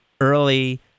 early